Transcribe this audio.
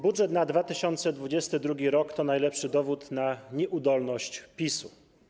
Budżet na 2022 r. to najlepszy dowód na nieudolność PiS-u.